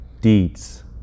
deeds